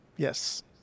Yes